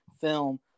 film